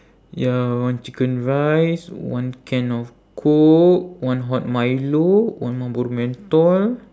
ya one chicken rice one can of coke one hot milo one marlboro menthol